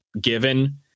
given